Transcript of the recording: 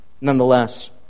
nonetheless